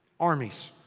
armies.